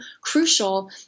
crucial